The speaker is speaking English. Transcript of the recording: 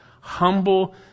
humble